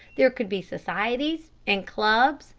there could be societies and clubs,